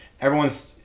everyone's